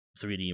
3D